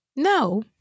No